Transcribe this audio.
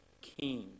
king